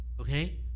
Okay